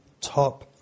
top